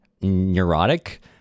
neurotic